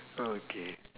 okay